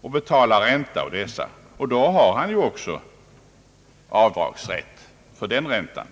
och betalar ränta på dessa, och då har han ju också avdragsrätt för den räntan.